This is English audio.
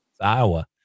Iowa